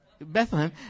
Bethlehem